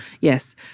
Yes